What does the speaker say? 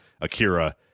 Akira